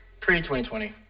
pre-2020